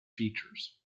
features